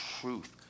truth